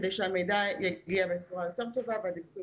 כדי שהמידע יגיע בצורה טובה יותר והדיווחים